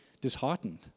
disheartened